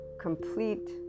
complete